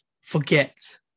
forget